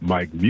Mike